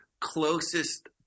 closest